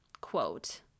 quote